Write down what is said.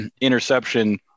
interception